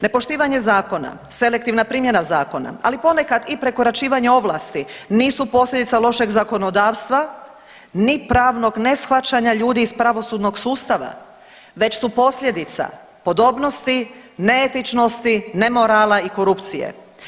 Nepoštivanje zakona, selektivna primjena zakona, ali ponekad i prekoračivanje ovlasti nisu posljedica lošeg zakonodavstva ni pravnog neshvaćanja ljudi iz pravosudnog sustava već su posljedica podobnosti, ne etičnosti, nemorala i korupcije.